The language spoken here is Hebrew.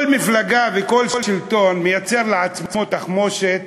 כל מפלגה וכל שלטון מייצר לעצמו תחמושת